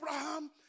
Abraham